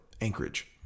Anchorage